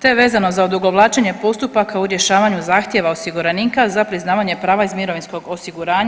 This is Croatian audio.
te vezano za odugovlačenje postupaka u rješavanju zahtjeva osiguranika za priznavanje prava iz mirovinskog osiguranja.